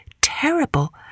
terrible